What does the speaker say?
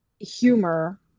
humor